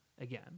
again